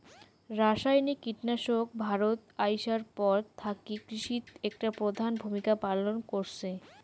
রাসায়নিক কীটনাশক ভারতত আইসার পর থাকি কৃষিত একটা প্রধান ভূমিকা পালন করসে